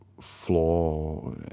flaw